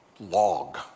log